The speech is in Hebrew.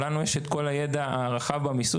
לנו יש את כל הידע הרחב במיסוי.